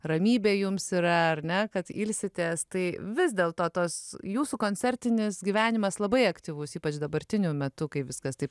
ramybė jums yra ar ne kad ilsitės tai vis dėl to tas jūsų koncertinis gyvenimas labai aktyvus ypač dabartiniu metu kai viskas taip